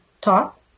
top